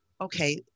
okay